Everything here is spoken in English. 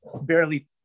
barely